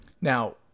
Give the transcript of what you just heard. Now